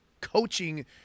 coaching